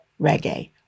reggae